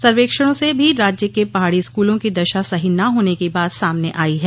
सर्वेक्षणों से भी राज्य के पहाड़ी स्कूलों की दशा सही न होने की बात सामने आई है